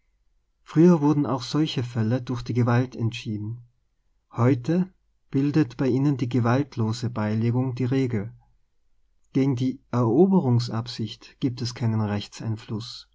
früher wurden auch solche fälle durch die gewalt entschieden heute bildet bei ihnen die gewaltlose beilegung die regel gegen die eroberungsabsicht gibt es keinen